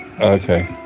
Okay